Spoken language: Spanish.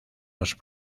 los